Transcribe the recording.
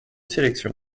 sélection